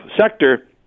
sector